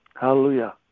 Hallelujah